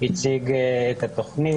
הציג את התוכנית,